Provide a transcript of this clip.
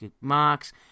marks